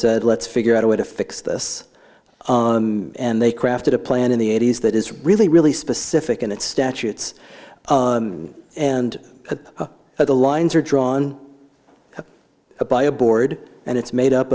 said let's figure out a way to fix this and they crafted a plan in the eighty's that is really really specific and it's statutes and at the lines are drawn up by a board and it's made up